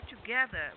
together